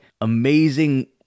amazing